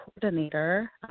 coordinator